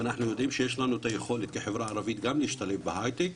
ואנחנו יודעים שיש לנו את היכולת כחברה ערבית גם להשתלב בהייטק,